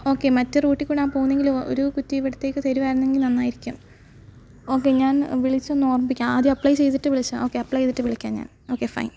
okay മറ്റ് റൂട്ടികൂടാ പോകുന്നതെങ്കിൽ ഒരു കുറ്റി ഇവിടത്തേക്ക് തരുവാണെങ്കിൽ നന്നായിരിക്കും ഓക്കെ ഞാൻ വിളിച്ചൊന്ന് ഓർമ്മിപ്പിക്കാം ആദ്യം അപ്ലൈ ചെയ്തിട്ട് വിളിക്കാം ഓക്കെ അപ്ലൈ ചെയ്തിട്ട് വിളിക്കാം ഞാൻ ഓക്കെ ഫൈൻ